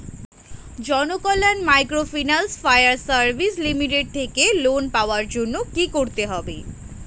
Janakalyan microfinance fire service limited থেকে লোন পাওয়ার জন্য কি করতে হবে?